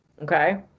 Okay